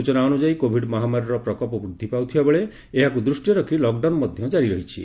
ସୂଚନା ଅନୁଯାୟୀ କୋଭିଡ ମହାମାରୀର ପ୍ରକୋପ ବୂଦ୍ଧି ପାଉଥିବା ବେଳେ ଏହାକୁ ଦୃଷ୍ଟିରେ ରଖି ଲକଡାଉନ ମଧ୍ଧ ଜାରି ରହିଛି